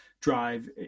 drive